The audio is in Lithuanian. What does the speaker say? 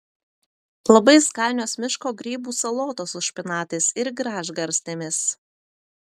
labai skanios miško grybų salotos su špinatais ir gražgarstėmis